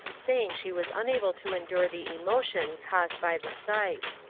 saying she was un able to endure the emotion caused by the sight.